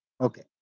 Okay